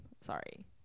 sorry